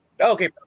Okay